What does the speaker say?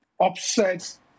upsets